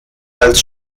als